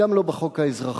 גם לא בחוק האזרחי,